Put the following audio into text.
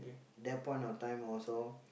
that point of time also